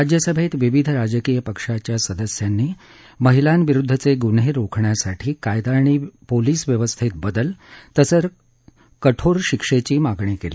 राज्यसभेत विविध राजकीय पक्षाच्या सदस्यांनी महिलांविरुद्धवे गुन्हे रोखण्यासाठी कायदा आणि पोलीस व्यवस्थेत बदल तसंच कठोर शिक्षेची मागणी केली